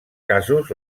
casos